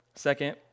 second